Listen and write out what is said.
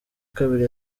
kabiri